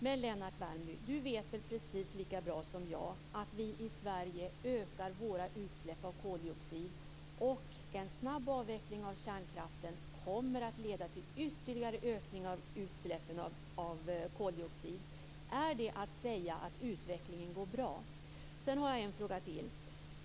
Men Lennart Värmby vet väl precis lika bra som jag att vi i Sverige ökar våra utsläpp av koldioxid och att en snabb avveckling av kärnkraften kommer att leda till ytterligare ökning av utsläppen av koldioxid. Kan man då säga att utvecklingen går bra? Sedan har jag en fråga till.